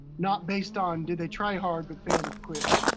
not based on did they try hard but fail their quiz?